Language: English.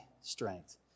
strength